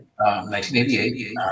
1988